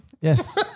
yes